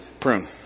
prune